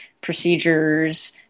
procedures